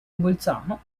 bolzano